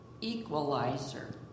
equalizer